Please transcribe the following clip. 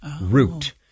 Root